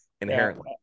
inherently